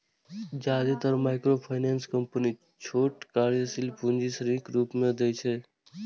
जादेतर microfinance company छोट कार्यशील पूंजी ऋणक रूप मे दै छै